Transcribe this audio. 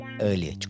earlier